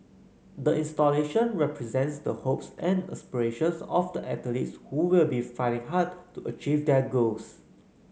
the installation represents the hopes and aspirations of the athletes who will be fighting hard to achieve their goals